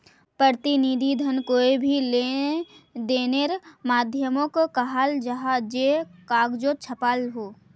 प्रतिनिधि धन कोए भी लेंदेनेर माध्यामोक कहाल जाहा जे कगजोत छापाल हो